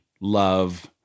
love